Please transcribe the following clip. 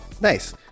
Nice